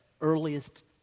earliest